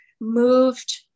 moved